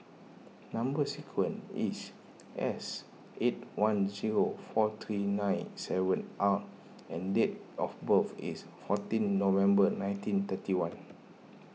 Number Sequence is S eight one zero four three nine seven R and date of birth is fourteen November nineteen thirty one